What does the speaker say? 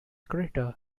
crater